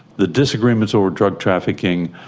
the disagreements over drug trafficking,